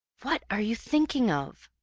what are you thinking of?